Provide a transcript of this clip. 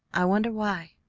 i wonder why.